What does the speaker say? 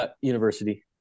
University